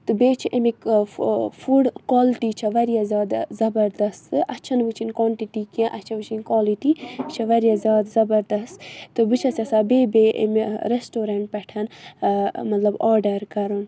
تہٕ بیٚیہِ چھِ ایٚمِکۍ فُڈ کالٹی چھےٚ واریاہ زیادٕ زبردَست تہٕ اَسہِ چھَنہٕ وٕچھِنۍ کانٹِٹی کینٛہہ اَسہِ چھےٚ وٕچھِنۍ کالِٹی یہِ چھےٚ واریاہ زیادٕ زبردَست تہٕ بہٕ چھَس یَژھان بیٚیہِ بیٚیہِ امہِ ریٚسٹورَںٛٹ پٮ۪ٹھ مطلب آرڈَر کَرُن